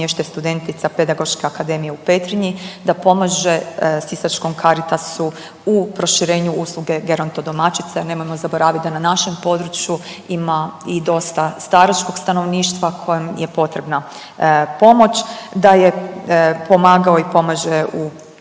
smještaj studentica Pedagoške akademije u Petrinji, da pomaže sisačkom Caritasu u proširenju usluge geronto domaćice. Nemojmo zaboraviti da na našem području ima i dosta staračkog stanovništva kojem je potrebna pomoć, da je pomagao i pomaže u